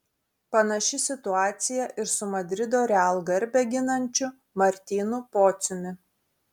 panaši situacija ir su madrido real garbę ginančiu martynu pociumi